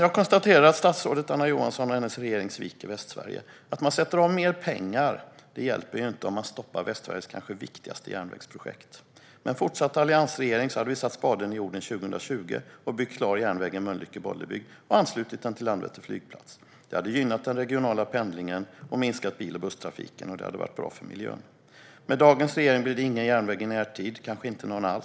Jag konstaterar att statsrådet Anna Johansson och hennes regering sviker Västsverige. Att man sätter av mer pengar hjälper inte om man stoppar Västsveriges kanske viktigaste järnvägsprojekt. Med en fortsatt alliansregering hade vi satt spaden i jorden 2020 och byggt klart järnvägen Mölnlycke-Bollebygd och anslutit den till Landvetter flygplats. Det hade gynnat den regionala pendlingen och minskat bil och busstrafiken, vilket hade varit bra för miljön. Med dagens regering blir det ingen järnväg i närtid - kanske inte någon alls.